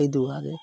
अइ दुआरे